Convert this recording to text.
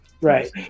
Right